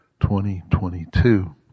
2022